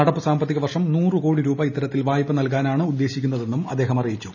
നടപ്പു സാമ്പത്തിക വർഷം നൂറ് കോടി രൂപ ഇത്തരത്തിൽ വായ്പ നൽകാനാണ് ഉദ്ദേശിക്കുന്നതെന്നും അദ്ദേഹം അറിയിച്ചു